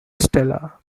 stella